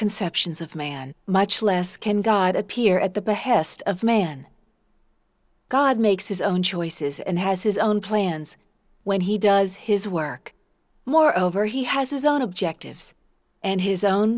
conceptions of man much less can god appear at the behest of man god makes his own choices and has his own plans when he does his work moreover he has his own objectives and his own